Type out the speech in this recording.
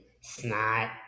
snot